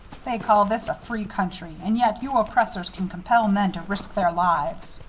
they call this a free country, and yet you oppressors can compel men to risk their lives